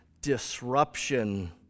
disruption